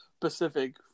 Pacific